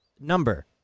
number